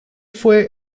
fue